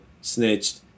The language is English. snitched